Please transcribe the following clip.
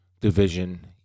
division